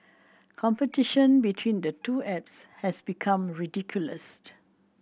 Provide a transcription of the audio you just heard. competition between the two apps has become ridiculous